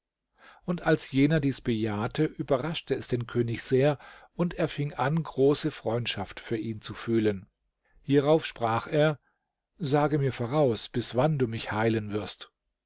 und als jener dies bejahte überraschte es den könig sehr und er fing an große freundschaft für ihn zu fühlen hierauf sprach er sage mir voraus bis wann du mich heilen wirst